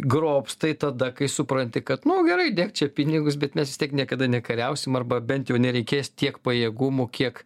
grobs tai tada kai supranti kad nu gerai dėk čia pinigus bet mes vis tiek niekada nekariausim arba bent jau nereikės tiek pajėgumų kiek